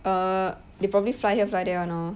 uh they probably fly here fly there [one] lor